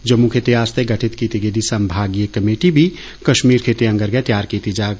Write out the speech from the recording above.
जम्मू खिते आस्तै गठित कीती गेदी संभागीय कमेटी बी कष्मीर खिते आंगर गै तैयार कीती जाग